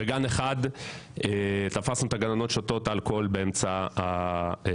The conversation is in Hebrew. בגן אחד תפסנו את הגננות שותות אלכוהול באמצע העבודה,